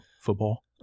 football